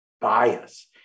bias